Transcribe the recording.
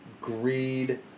greed